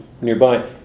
nearby